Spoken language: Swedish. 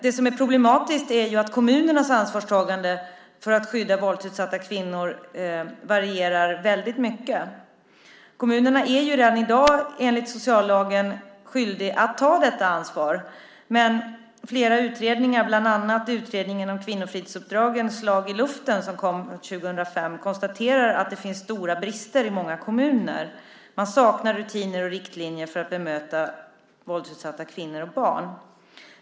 Det som är problematiskt är att kommunernas ansvarstagande för att skydda våldsutsatta kvinnor varierar kraftigt. Kommunerna är enligt socialtjänstlagen redan i dag skyldiga att ta detta ansvar, men flera utredningar, bland annat Kvinnofridsuppdragens S lag i luften, som kom 2005, konstaterar att det finns stora brister i många kommuner. De saknar rutiner och riktlinjer för att kunna bemöta våldsutsatta kvinnor och barn.